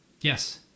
Yes